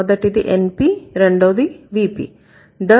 మొదటిది NP రెండోది VP